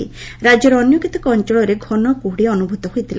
ରାକ୍ୟର ଅନ୍ୟକେତେକ ଅଅଳରେ ଘନ କୁହୁଡ଼ି ଅନୁଭ୍ରତ ହୋଇଥିଲା